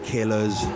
Killers